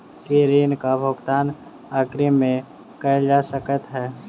की ऋण कऽ भुगतान अग्रिम मे कैल जा सकै हय?